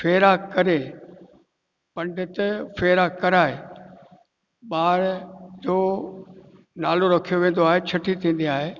फेरा करे पंडित फेरा कराए ॿार जो नालो रखियो वेंदो आहे छठी थींदी आहे